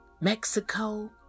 Mexico